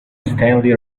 stanley